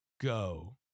Go